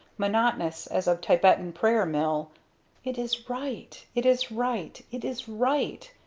monotonous as a tibetan prayer mill it is right. it is right. it is right.